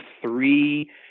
three